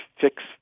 fix